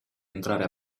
entrare